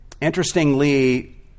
Interestingly